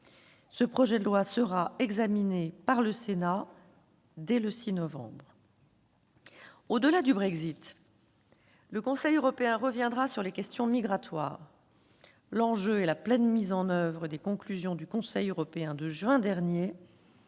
Ce projet de loi sera examiné par le Sénat dès le 6 novembre prochain. Au-delà du Brexit, le Conseil européen reviendra sur les questions migratoires. L'enjeu est la pleine mise en oeuvre des conclusions du Conseil européen du mois de juin dernier,